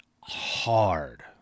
hard